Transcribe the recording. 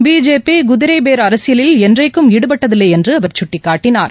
பிஜேபிகுதிரைபேரஅரசியலில் என்றைக்கும் ஈடுபட்டதில்லைஎன்றுஅவர் சுட்டிக்காட்டனார்